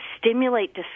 stimulate